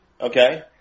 Okay